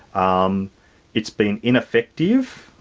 um it's been ineffective,